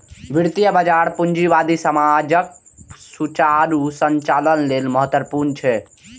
वित्तीय बाजार पूंजीवादी समाजक सुचारू संचालन लेल महत्वपूर्ण छै